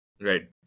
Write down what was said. Right